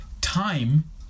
Time